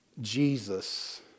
Jesus